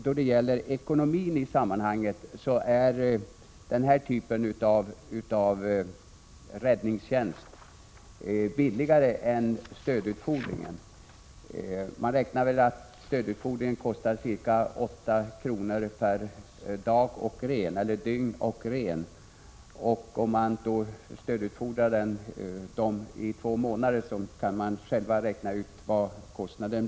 Då det gäller ekonomin vill jag säga att den här typen av räddningstjänst är billigare än stödutfodring. Man räknar med att stödutfodring kostar ca 8 kr. per dygn och ren. Var och en kan själv räkna ut vad kostnaden blir för en stödutfodring i exempelvis två månader.